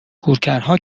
گورکنها